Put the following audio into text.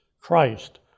Christ